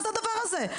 מה זה הדבר הזה?